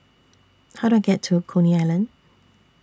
How Do I get to Coney Island